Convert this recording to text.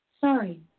Sorry